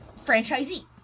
franchisee